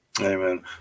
Amen